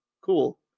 Cool